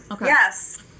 yes